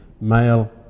male